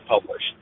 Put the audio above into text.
published